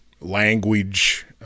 language